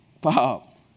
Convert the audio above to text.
Bob